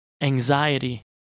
anxiety